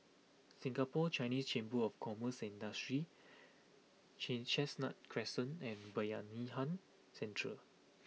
Singapore Chinese Chamber of Commerce and Industry Chin Chestnut Crescent and Bayanihan Centre